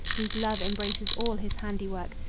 whose love embraces all his handiwork,